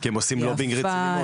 הם עושים לובינג רציני,